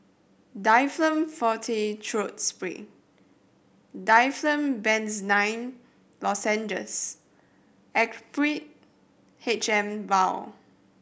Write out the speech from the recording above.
Difflam Forte Throat Spray Difflam Benzydamine Lozenges Actrapid H M Vial